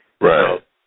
Right